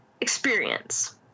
experience